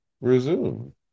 resume